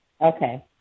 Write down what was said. Okay